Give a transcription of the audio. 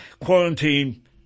quarantine